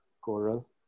Coral